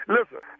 Listen